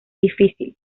difícil